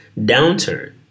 downturn